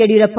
Yediyurappa